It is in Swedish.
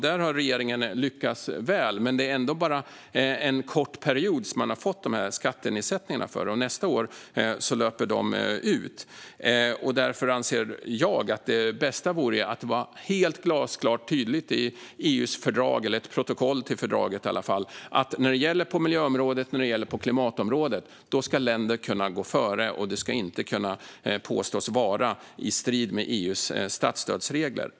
Där har regeringen lyckats väl. Det är ändå bara för en kort period som man har fått dessa skattenedsättningar. Nästa år löper de ut. Därför anser jag att det bästa vore att det var helt glasklart och tydligt i EU:s fördrag, eller i ett protokoll till fördraget i alla fall, att länder när det gäller miljöområdet och klimatområdet ska kunna gå före. Det ska inte kunna påstås vara i strid med EU:s statsstödsregler.